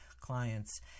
clients